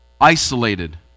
isolated